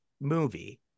movie